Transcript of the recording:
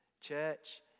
Church